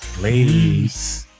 ladies